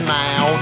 now